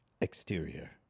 exterior